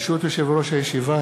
ברשות יושב-ראש הישיבה,